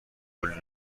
کلی